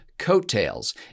coattails